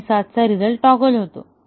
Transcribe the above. आणि 7 चा result toggle होतो